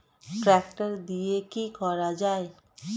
Tractor দিয়ে কি করা যায়?